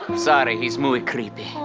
sorry. he's muy creepy.